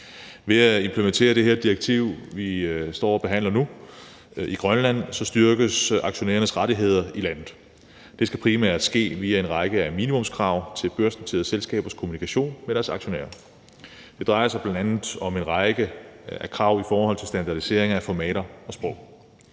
Ved at implementere det her direktiv, vi står og behandler nu, i Grønland, styrkes aktionærernes rettigheder i landet. Det skal primært ske via en række minimumskrav til børsnoterede selskabers kommunikation med deres aktionærer. Det drejer sig bl.a. om en række krav i forhold til standardisering af formater og sprog.